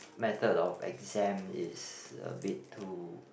method of exam is a bit too